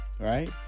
right